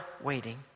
waiting